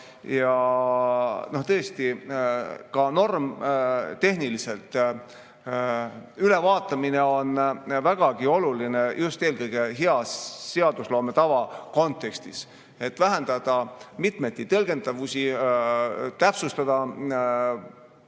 Tõesti, ka normitehniliselt ülevaatamine on vägagi oluline just eelkõige hea seadusloome tava kontekstis, et vähendada mitmeti tõlgendatavust, täpsustada